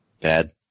Bad